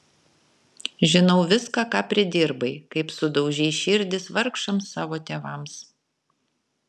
žinau viską ką pridirbai kaip sudaužei širdis vargšams savo tėvams